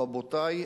רבותי,